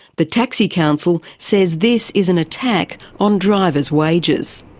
the taxi council says this is an attack on drivers' wages.